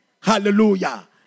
Hallelujah